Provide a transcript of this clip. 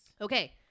Okay